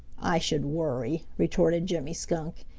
i should worry, retorted jimmy skunk.